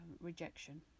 rejection